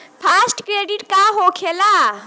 Fast credit का होखेला?